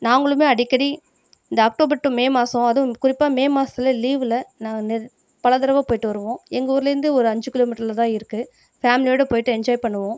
நாங்களுமே அடிக்கடி இந்த அக்டோபர் டு மே மாதம் அதுவும் குறிப்பாக மே மாசத்தில் லீவில் நான் பல தடவை போயிட்டு வருவோம் எங்கள் ஊரிலிருந்து ஒரு அஞ்சு கிலோமீட்டரில் தான் இருக்கு ஃபேமிலியோடு போயிட்டு என்ஜாய் பண்ணுவோம்